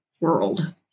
world